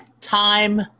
time